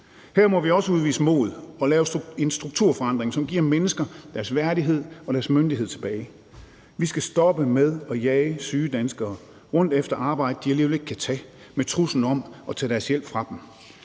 Her må vi også udvise mod og lave en strukturforandring, som giver mennesker deres værdighed og myndighed tilbage. Vi skal stoppe med at jage syge danskere rundt efter arbejde, de alligevel ikke kan tage, med truslen om at tage deres hjælp fra dem.